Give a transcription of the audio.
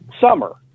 summer